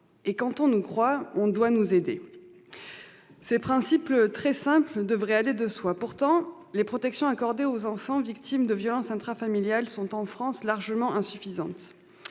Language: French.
Et quand on nous croit, on doit nous aider. Ces principes très simples devraient aller de soi. Pourtant, les protections accordées aux enfants victimes de violences intrafamiliales sont en France largement insuffisantes.